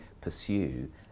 pursue